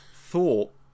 thought